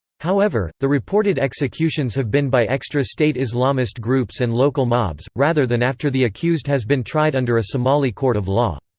however, the reported executions have been by extra-state islamist groups and local mobs, rather than after the accused has been tried under a somali court of law.